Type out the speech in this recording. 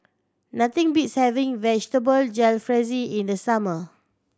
nothing beats having Vegetable Jalfrezi in the summer